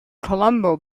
colombo